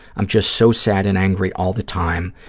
i'm just so sad and angry all the time,